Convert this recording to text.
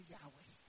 Yahweh